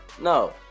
no